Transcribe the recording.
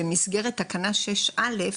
במסגרת תקנה 6א,